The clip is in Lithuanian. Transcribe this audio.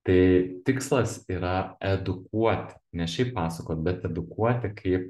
tai tikslas yra edukuoti ne šiaip pasakot bet edukuoti kai